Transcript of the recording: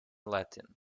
latin